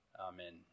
Amen